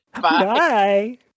Bye